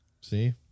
See